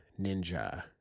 ninja